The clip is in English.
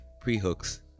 pre-hooks